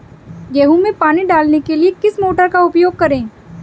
गेहूँ में पानी डालने के लिए किस मोटर का उपयोग करें?